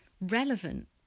relevant